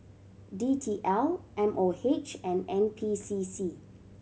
D T L M O H and N P C C